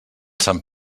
sant